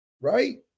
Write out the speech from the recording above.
Right